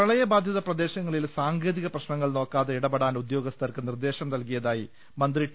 പ്രളയബാധിത പ്രദേശങ്ങളിൽ സാങ്കേതിക പ്രശ്നങ്ങൾ നോക്കാതെ ഇടപെടാൻ ഉദ്യോഗസ്ഥർക്ക് നിർദ്ദേശം നൽകിയ തായി മന്ത്രി ടി